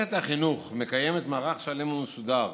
מערכת החינוך מקיימת מערך שלם ומסודר